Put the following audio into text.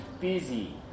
busy